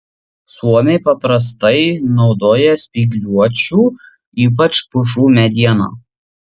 suomiai paprastai naudoja spygliuočių ypač pušų medieną